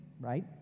right